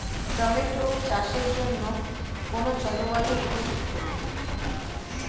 Tomato চাষের জন্য কোন জলবায়ু উপযুক্ত?